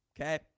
okay